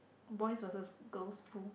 boys versus girls school